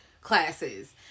classes